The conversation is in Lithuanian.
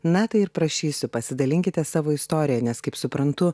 na tai ir prašysiu pasidalinkite savo istorija nes kaip suprantu